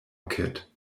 kit